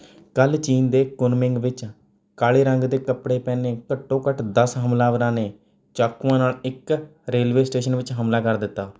ਕੱਲ੍ਹ ਚੀਨ ਦੇ ਕੁਨਮਿੰਗ ਵਿੱਚ ਕਾਲੇ ਰੰਗ ਦੇ ਕੱਪੜੇ ਪਹਿਨੇ ਘੱਟੋ ਘੱਟ ਦਸ ਹਮਲਾਵਰਾਂ ਨੇ ਚਾਕੂਆਂ ਨਾਲ ਇੱਕ ਰੇਲਵੇ ਸਟੇਸ਼ਨ ਵਿੱਚ ਹਮਲਾ ਕਰ ਦਿੱਤਾ